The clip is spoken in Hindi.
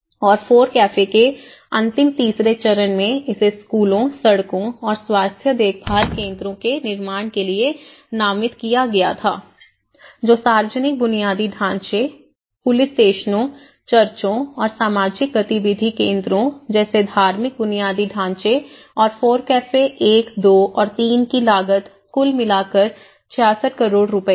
और फोरकैफे के अंतिम तीसरे चरण में इसे स्कूलों सड़कों और स्वास्थ्य देखभाल केंद्रों के निर्माण के लिए नामित किया गया था जो सार्वजनिक बुनियादी ढांचे पुलिस स्टेशनों चर्चों और सामाजिक गतिविधि केंद्रों जैसे धार्मिक बुनियादी ढांचे और फोरकैफे 1 2 और 3 की लागत कुल मिलकर 66 करोड़ रुपये है